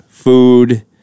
Food